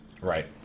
Right